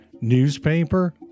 newspaper